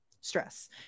stress